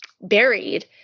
buried